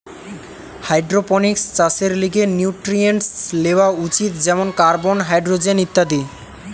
hydroponics চাষের লিগে nutrients লেওয়া উচিত যেমন কার্বন, হাইড্রোজেন ইত্যাদি